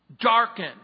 darken